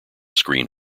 screen